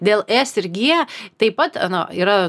dėl es ir gie taip pat na yra